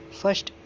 first